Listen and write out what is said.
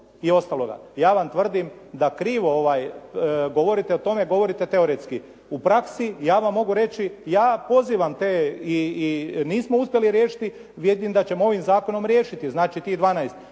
i ostaloga. Ja vam tvrdim da krivo govorite o tome, govorite teoretski, u praksi ja vam mogu reći, ja pozivam te, i nismo uspjeli riješiti, vidim da ćemo ovim zakonom riješiti, znači tih 12.